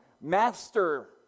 master